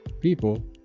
people